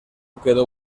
quedó